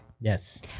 Yes